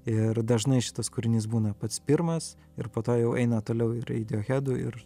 ir dažnai šitas kūrinys būna pats pirmas ir po to jau eina toliau į reidijohedų ir